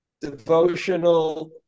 Devotional